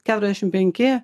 keturiasdešim penki